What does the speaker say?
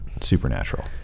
supernatural